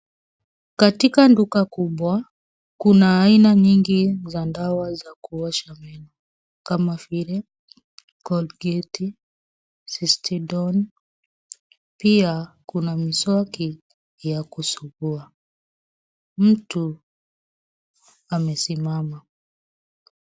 Katika duka kubwa, kuna dawa nyingi za kuosha meno kama vile Colgate, Systedone. Pia kuna miswaki ya kusugua. Mtu amesimama.